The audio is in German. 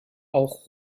auch